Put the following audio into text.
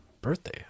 birthday